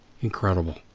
Incredible